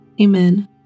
Amen